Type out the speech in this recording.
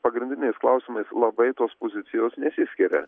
pagrindiniais klausimais labai tos pozicijos nesiskiria